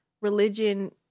religion